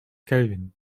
kelvin